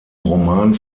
roman